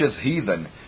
heathen